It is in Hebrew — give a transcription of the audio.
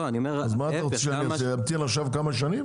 אז מה אתה אומר שצריך להמתין כמה שנים?